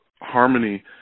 harmony